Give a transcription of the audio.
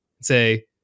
say